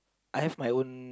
I have my own